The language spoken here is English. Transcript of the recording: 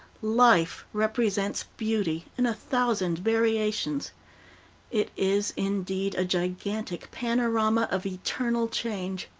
life represents beauty in a thousand variations it is, indeed, a gigantic panorama of eternal change.